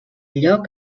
lloc